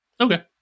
Okay